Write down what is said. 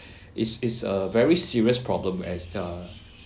it's it's a very serious problem as uh